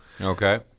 Okay